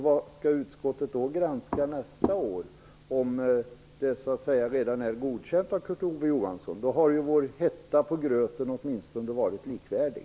Vad skall då utskottet granska nästa år, om det redan är godkänt av Kurt Ove Johansson. Då har ju vår hetta på gröten åtminstone varit likvärdig.